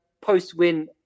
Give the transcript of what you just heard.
post-win